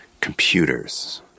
Computers